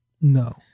no